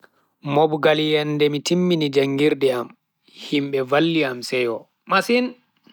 Mbobngal yende mi timmini jangirde am. Himbe valli am seyo masin.